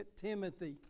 Timothy